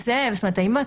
אם הוא לא מתייצב?